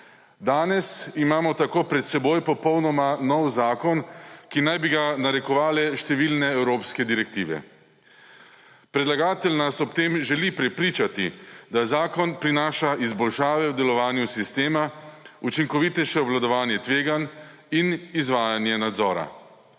Danes imamo tako pred sabo popolnoma nov zakon, ki naj bi ga narekovale številne evropske direktive. Predlagatelj nas ob tem želi prepričati, da zakon prinaša izboljšave v delovanju sistema, učinkovitejše obvladovanje tveganj in izvajanje nadzora.